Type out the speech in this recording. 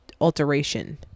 alteration